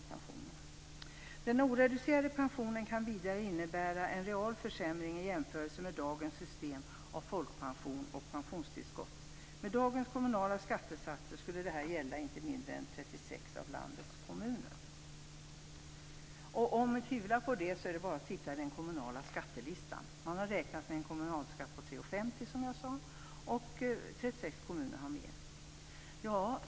De oreducerade pensionen kan vidare innebära en real försämring i jämförelse med dagens system av folkpension och pensionsstillskott. Med dagens kommunala skattesatser skulle detta gälla i inte mindre än 36 av landets kommuner. Om någon tvivlar på detta är det bara att titta på den kommunala skattelistan. Man har räknat med en kommunalskatt på 33,50, men som jag sade har 36 kommuner 34 eller mer.